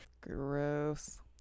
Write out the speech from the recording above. Gross